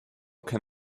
can